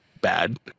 bad